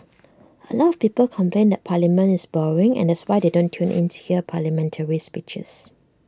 A lot of people complain that parliament is boring and that's why they don't tune in to hear parliamentary speeches